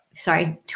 sorry